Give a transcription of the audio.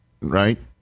Right